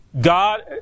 God